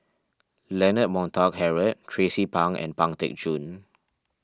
Leonard Montague Harrod Tracie Pang and Pang Teck Joon